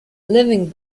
living